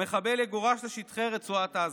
והמחבל יגורש לשטחי רצועת עזה.